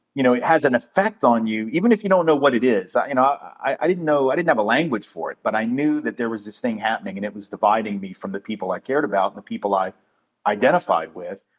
you know, it has an effect on you, even if you don't know what it is. you know, i didn't know, i didn't have a language for it. but i knew that there was this thing happening, and it was dividing me from the people i cared about and the people i identified with.